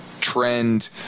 trend